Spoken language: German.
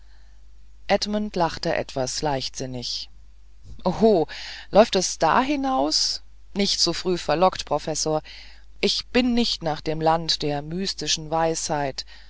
edmund lachte etwas leichtsinnig oho läuft es da hinaus nicht zu früh frohlockt professor ich zog nicht aus nach dem lande der mystischen weisheit